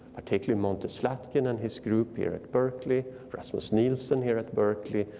particularly monty slatkin and his group here at berkeley, rasmus nielsen here at berkeley,